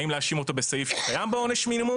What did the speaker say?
האם להאשים אותו בסעיף שבו קיים עונש מינימום